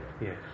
Yes